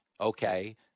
okay